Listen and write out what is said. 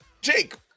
Jake